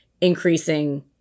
increasing